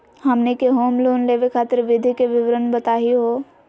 हमनी के home loan लेवे खातीर विधि के विवरण बताही हो?